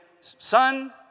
son